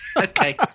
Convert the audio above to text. Okay